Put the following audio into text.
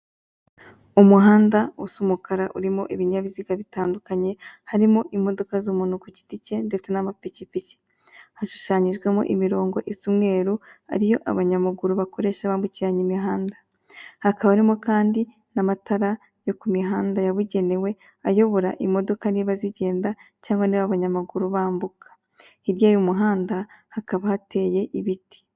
Umuhanda usa umukara urimo ibinyabiziga bitandukanye, harimo imudoka z'umuntu ku giti ke ndetse n'amapikipiki, hashushanyijwemo imirongo isa umweru ariyo abanyamaguru bakoresha bambukiranya imihanda, hakaba harimo kandi n'amatara yo ku mihanda yabugenewe ayobora imodoka niba zigenda cyangwa niba abanyamaguru bambuka, hirya y'umuhanda hakaba hateye ibiti.